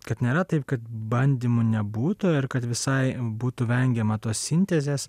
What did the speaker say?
kad nėra taip kad bandymų nebūta ir kad visai būtų vengiama tos sintezės